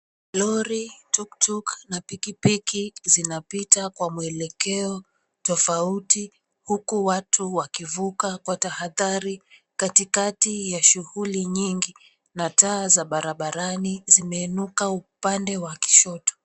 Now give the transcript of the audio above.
Lori, tuktuk na pikipiki zinapita kwa maelekeo tofauti huku watu wakivuka kwa tahadhari, katikati ya shughuli nyingi na taa za barabarani zimeinuka upande wa kushoto.